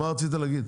כן, מה רצית להגיד?